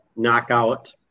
knockout